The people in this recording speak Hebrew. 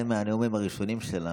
זה מהנאומים הראשונים שלה,